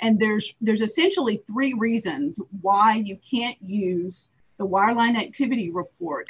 and there's there's essential e three reasons why you can't use the wireline activity report